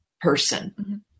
person